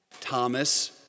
Thomas